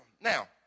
Now